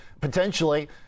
potentially